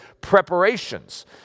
preparations